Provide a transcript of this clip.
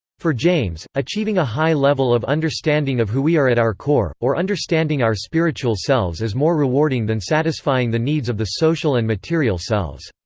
for james, achieving a high level of understanding of who we are at our core, or understanding our spiritual selves is more rewarding than satisfying the needs of the social and material selves.